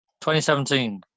2017